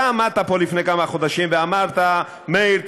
אתה עמדת פה לפני כמה חודשים ואמרת: מאיר,